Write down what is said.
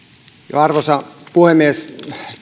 arvoisa puhemies